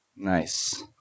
Nice